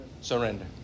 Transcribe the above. Surrender